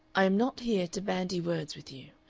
i am not here to bandy words with you.